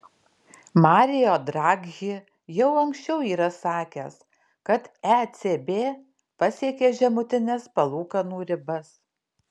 mario draghi jau anksčiau yra sakęs kad ecb pasiekė žemutines palūkanų ribas